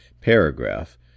paragraph